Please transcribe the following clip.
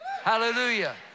hallelujah